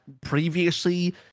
previously